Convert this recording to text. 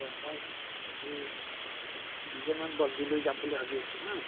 আচ্ছা মই এই দুজনমান বন্ধুলৈ যাম বুলি ভাবি আছোঁ হা